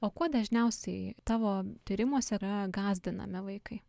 o kuo dažniausiai tavo tyrimuose yra gąsdinami vaikai